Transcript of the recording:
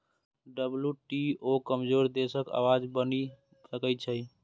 WTO कमजोर देशक आवाज बनि सकै छै